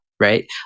right